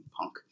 punk